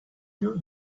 you